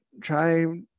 try